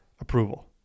approval